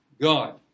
God